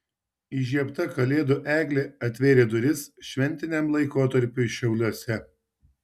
įžiebta kalėdų eglė atvėrė duris šventiniam laikotarpiui šiauliuose